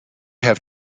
have